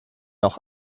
auch